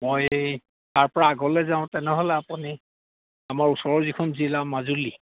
মই তাৰপৰা আগলে যাওঁ তেনেহ'লে আপুনি আমাৰ ওচৰৰ যিখন জিলা মাজুলী